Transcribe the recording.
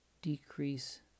decrease